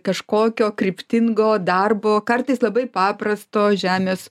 kažkokio kryptingo darbo kartais labai paprasto žemės